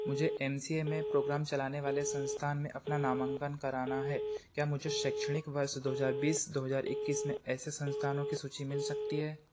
मुझे M C A में programme चलाने वाले संस्थान में अपना नामांकन कराना है क्या मुझे शैक्षणिक वर्ष दो हजार बीस दो हजार इक्कीस में ऐसे संस्थानों की सूची मिल सकती है